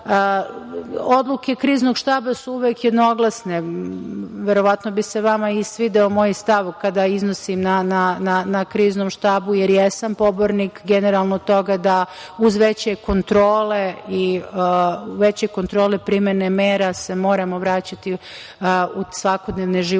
Kriznog štaba su uvek jednoglasne. Verovatno bi se vama i svideo moj stav kada iznosim na Kriznom štabu, jer jesam pobornik generalno toga da, uz veće kontrole primene mera, se moramo vraćati u svakodnevne životne